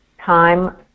time